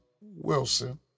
Wilson